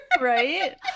Right